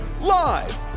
live